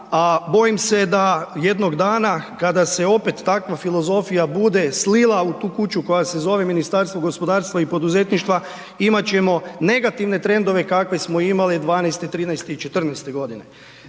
bojim se da jednog dana kada se opet takva filozofija bude slila u tu kuću koja se zove Ministarstvo gospodarstva i poduzetništva, imat ćemo negativne trendove kakve smo imali 2012., 2013. i 2014. godine.